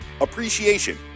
Appreciation